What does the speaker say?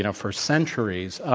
you know for centuries.